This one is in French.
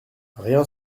rien